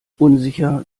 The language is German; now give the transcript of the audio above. unsicher